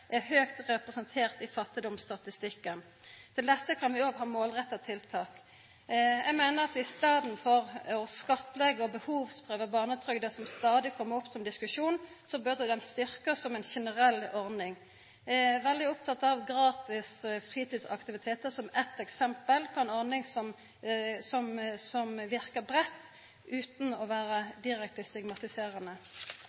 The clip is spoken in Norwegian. er høgt representerte i fattigdomsstatistikken. Til desse kan vi òg ha målretta tiltak. Eg meiner at i staden for å skattleggja og behovsprøva barnetrygda, som stadig kjem opp til diskusjon, burde ho styrkjast som ei generell ordning. Eg er veldig oppteken av gratis fritidsaktivitetar som eitt eksempel på ei ordning som verkar breitt utan å vera